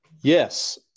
Yes